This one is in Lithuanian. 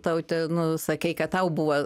taute nu sakei kad tau buvo